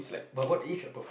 but what is a perfect